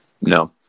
No